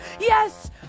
Yes